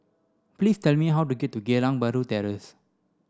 please tell me how to get to Geylang Bahru Terrace